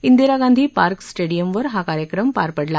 Indira Gandhi park स्टेडियमवर हा कार्यक्रम पार पडला